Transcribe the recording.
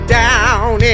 down